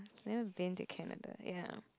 never been to Canada ya